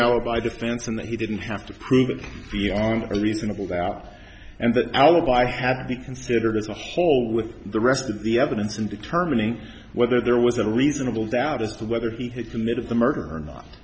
alibi defense and he didn't have to prove beyond a reasonable doubt and that alibi had to be considered as a whole with the rest of the evidence and determining whether there was a reasonable doubt as to whether he committed the murder or not